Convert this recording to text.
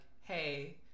hey